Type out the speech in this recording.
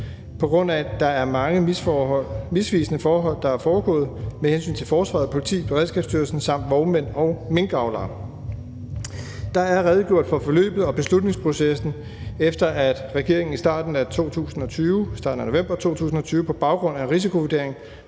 lyder det: »Der er mange misvisende forhold, der er foregået med hensyn til forsvaret, politiet og beredskabsstyrelsen samt vognmænd og minkavlere.« Der er redegjort for forløbet og beslutningsprocessen, efter at regeringen i starten af november 2020 på baggrund af en risikovurdering